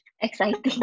Exciting